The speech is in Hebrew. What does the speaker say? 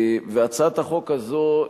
הצעת החוק הזאת,